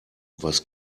was